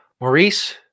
Maurice